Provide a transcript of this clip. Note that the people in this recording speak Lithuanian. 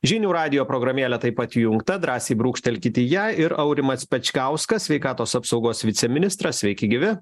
žinių radijo programėlė taip įjungta drąsiai brūkštelkit į ją ir aurimas pečkauskas sveikatos apsaugos viceministras sveiki gyvi